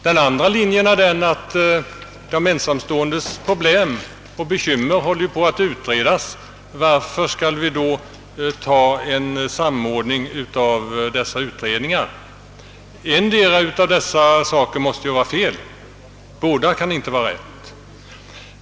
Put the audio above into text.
Den andra linjen hävdar att de ensamståendes problem och bekymmer håller på att utredas, och varför skall vi då ha en samordning av dessa utredningar? Endera av dessa linjer måste vara fel. Båda kan inte vara riktiga.